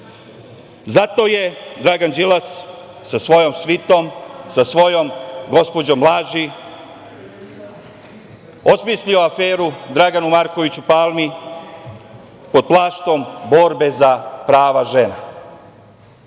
Zato je Dragan Đilas sa svojom svitom, sa svojom gospođom laži, osmislio aferu Draganu Markoviću Palmi pod plaštom borbe za prava žena.